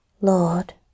Lord